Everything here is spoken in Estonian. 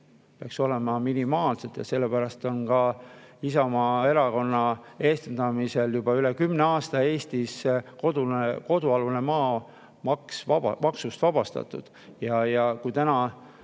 peaks olema minimaalsed ja sellepärast on ka Isamaa Erakonna eestvedamisel juba üle kümne aasta Eestis kodualune maa maksust vabastatud.